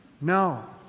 No